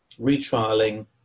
retrialing